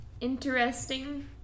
interesting